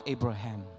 Abraham